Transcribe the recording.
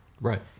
Right